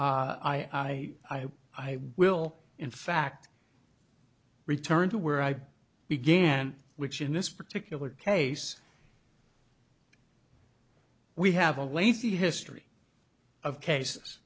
hope i will in fact return to where i began which in this particular case we have a lengthy history of cases